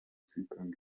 zypern